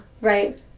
right